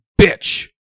bitch